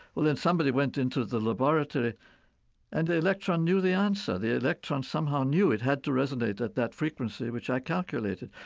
well, then somebody went into the laboratory and the electron knew the answer. the electron somehow knew it had to resonate at that frequency which i calculated.